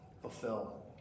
fulfill